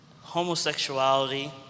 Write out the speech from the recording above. Homosexuality